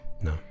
No